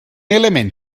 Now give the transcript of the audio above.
element